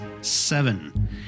seven